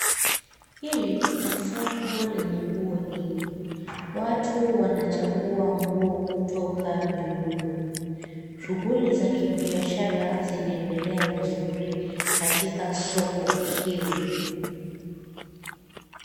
Hili ni soko lenye nguo nyingi. Watu wanachagua nguo kutoka mirundo. Shughuli za kibiashara zinaendelea vizuri katika soko hili.